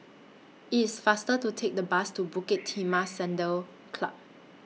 IT IS faster to Take The Bus to Bukit Timah Saddle Club